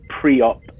pre-op